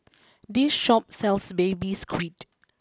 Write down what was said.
this Shop sells Baby Squid